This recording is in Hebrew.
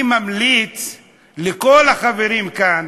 אני ממליץ לכל החברים כאן